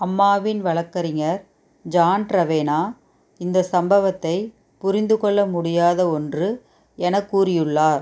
அம்மாவின் வழக்கறிஞர் John Travena இந்தச் சம்பவத்தை புரிந்துகொள்ள முடியாத ஒன்று எனக் கூறியுள்ளார்